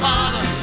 Father